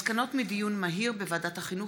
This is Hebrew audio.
מסקנות ועדת החינוך,